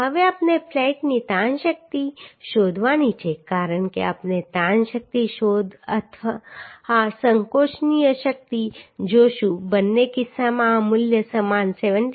હવે આપણે ફ્લેટની તાણ શક્તિ શોધવાની છે કારણ કે આપણે તાણ શક્તિ અથવા સંકોચનીય શક્તિ જોશું બંને કિસ્સામાં આ મૂલ્ય સમાન 17